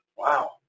Wow